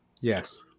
Yes